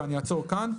ואני אעצור כאן.